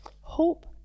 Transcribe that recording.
Hope